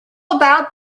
about